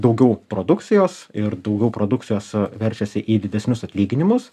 daugiau produkcijos ir daugiau produkcijos veržiasi į didesnius atlyginimus